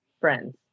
friends